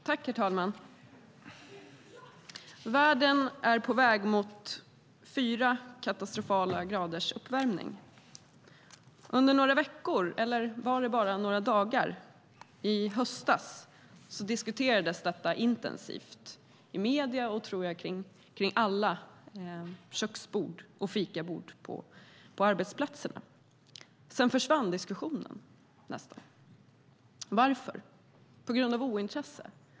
Herr talman! Världen är på väg mot fyra katastrofala graders uppvärmning. Under några veckor, eller kanske bara några dagar, i höstas diskuterades detta intensivt i medierna, kring köksbord och kring fikabord på arbetsplatserna. Sedan upphörde diskussionen nästan helt. Varför? Var det på grund av ointresse?